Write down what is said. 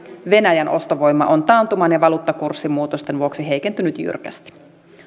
venäjän ostovoima on taantuman ja valuuttakurssimuutosten vuoksi heikentynyt jyrkästi